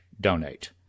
Donate